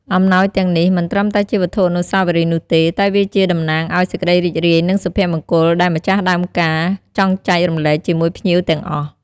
អំណោយទាំងនោះមិនត្រឹមតែជាវត្ថុអនុស្សាវរីយ៍នោះទេ តែវាជាតំណាងឲ្យសេចក្តីរីករាយ និងសុភមង្គលដែលម្ចាស់ដើមការ ចង់ចែករំលែកជាមួយភ្ញៀវទាំងអស់។